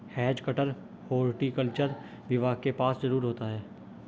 has cutter horticulture विभाग के पास जरूर होता है